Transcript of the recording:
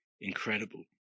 incredible